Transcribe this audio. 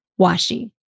washi